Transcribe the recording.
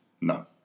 no